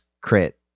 crit